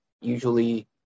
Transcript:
usually